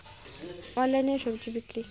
অনলাইনে স্বজি বিক্রি?